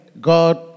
God